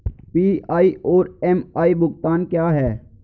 PI और MI भुगतान क्या हैं?